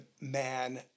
man